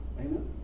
Amen